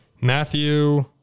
Matthew